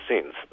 scenes